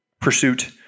pursuit